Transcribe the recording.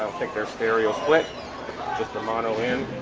take their stereo click just romano in